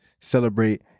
celebrate